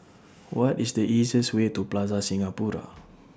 What IS The easiest Way to Plaza Singapura